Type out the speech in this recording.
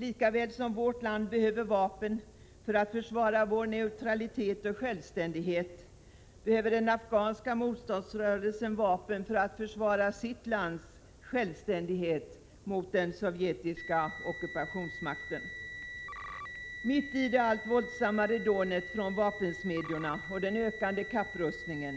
Lika väl som vårt land behöver vapen för att försvara vår neutralitet och självständighet behöver den afghanska motståndsrörelsen vapen för att försvara sitt lands självständighet mot den sovjetiska ockupationsmakten. Mitt i det allt våldsammare dånet från vapensmedjorna och den ökande kapprustningen